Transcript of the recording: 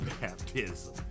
baptism